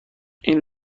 این